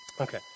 Okay